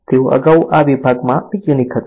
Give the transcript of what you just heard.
તેઓ અગાઉ આ વિભાગમાં મિકેનિક હતા